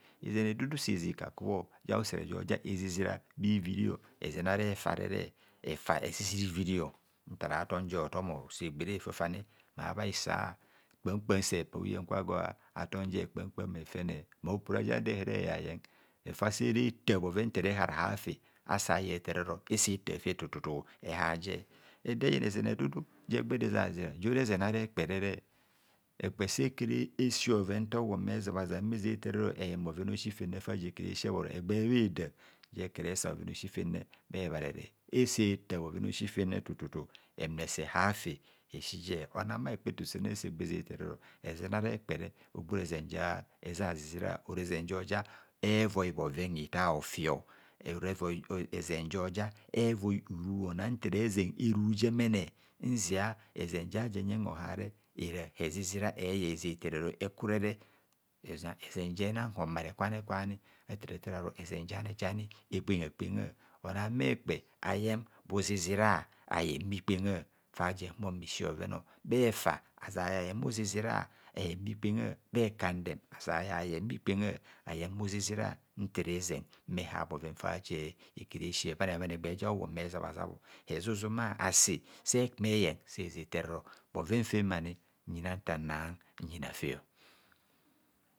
Izen idu du si ji kakubho ja usere jo ja izizira bha iviri, ezen ara efare, efa ezizira ivirio o nta ra tom je hotom, segba ere fafani maa bhahisa, kpam kpam se pa uyang kwa gwo atom je kpam kpam efene ma opora jado ere yayen efa sere tar bhoven intereharahar fe asa ye atararo ese tar fe tu- tu- tu ehar je ede yina ezen edudu je gbe de zazizira gwora ezen ara ekpere ekpe sekere si bhoven nta bhuwong bhezabhaza mme ze ta ero eyen bhovena'osi fene fa je ekeresi ebhoro egba bheda jekere sa bhoven a'osi fene bhebharere, ese tar bhovena'osi fene tututu mme se har fe esi je mona bha hekpa eto jenne mmese gbeze etaero ezen ara ekperẹ ogbora ezen ja eza zi zira ora ezen jo ja evoi bhoven hitar ofi o, ora ezen joja evoi uru ona nta erezen eru jemene nzia ezen ja je enyen o har re era ezizira eyen eze taero ekurere. Ezen je nan homare kwani kwani eze tarero ezan jani ekpegha kpegha onang bha ekpe eyen bhuzizira, eyen bhikpengha fa je ehumor mme si bhoven. Bha efa aja yayen bhuzizira ara bhikpengha, bha ekandem aja ya yen bhikpengha ara bhuzizira, nta erezen ehar bhoven far je ekeresi ebhan ebhan egba ja bhuwong bhezabhazabho hezuzuma, asi sekume yen se ze tar ero bhoven fem ani nyina nta nnan yina fe.